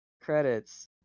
Credits